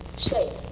shape.